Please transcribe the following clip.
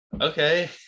okay